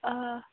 آ